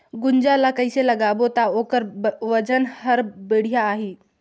गुनजा ला कइसे लगाबो ता ओकर वजन हर बेडिया आही?